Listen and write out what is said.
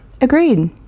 Agreed